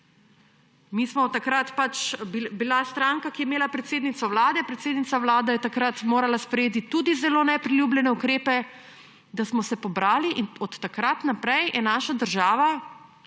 Mi smo bili takrat stranka, ki je imela predsednico Vlade, predsednica Vlade je takrat morala sprejeti tudi zelo nepriljubljene ukrepe, da smo se pobrali; in od takrat naprej je naša država